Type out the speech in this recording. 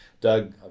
Doug